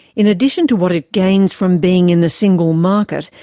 in addition to what it gains from being in the single market,